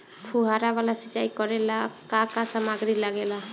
फ़ुहारा वाला सिचाई करे लर का का समाग्री लागे ला?